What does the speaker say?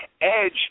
Edge